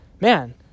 man